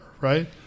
right